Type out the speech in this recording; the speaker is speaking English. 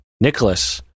Nicholas